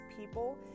people